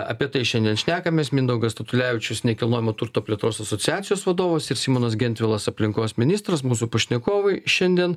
apie tai šiandien šnekamės mindaugas statulevičius nekilnojamo turto plėtros asociacijos vadovas ir simonas gentvilas aplinkos ministras mūsų pašnekovai šiandien